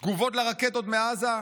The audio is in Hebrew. תגובות לרקטות מעזה,